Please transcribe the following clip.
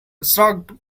shrugged